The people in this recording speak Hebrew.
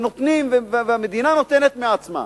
שהמדינה נותנת מעצמה.